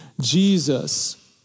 Jesus